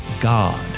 god